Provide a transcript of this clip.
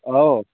ओ